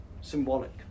symbolic